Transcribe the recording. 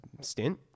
stint